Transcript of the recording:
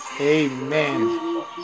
Amen